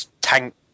tank